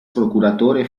procuratore